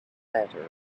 letter